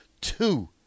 two